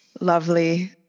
lovely